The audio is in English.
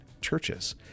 churches